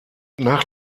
nach